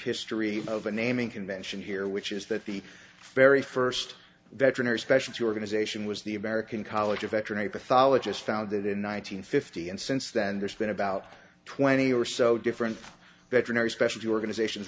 history of a naming convention here which is that the very first veterinary specialty organization was the american college of veterinary pathologists founded in one nine hundred fifty and since then there's been about twenty or so different veterinary specialty organizations